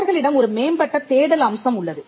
அவர்களிடம் ஒரு மேம்பட்ட தேடல் அம்சம் உள்ளது